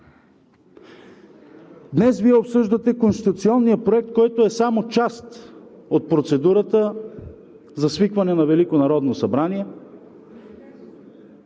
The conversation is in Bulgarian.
Днес Вие обсъждате Конституционния проект, който е само част от процедурата за свикване на Велико народно събрание